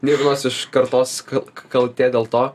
nė vienos iš kartos kal kaltė dėl to